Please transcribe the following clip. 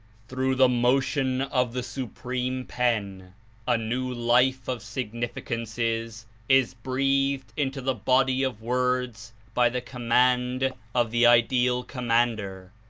through the motion of the supreme pen a new life of significances is breathed into the body of words by the command of the ideal commander,